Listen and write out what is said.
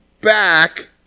back